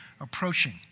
approaching